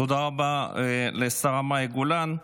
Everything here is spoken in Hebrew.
תודה רבה לשרה מאי גולן.